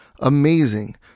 amazing